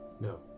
no